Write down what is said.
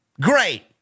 Great